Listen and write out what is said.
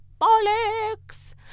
bollocks